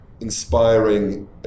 inspiring